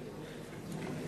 אדוני.